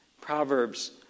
Proverbs